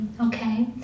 Okay